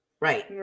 Right